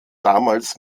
damals